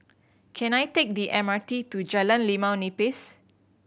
can I take the M R T to Jalan Limau Nipis